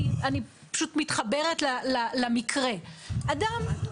אין הסכמת שאר בעלי הדירות בחוק פינוי ובינוי.